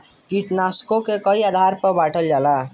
कीटनाशकों के कई आधार पर बांटल जाला